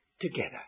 together